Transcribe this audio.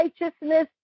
righteousness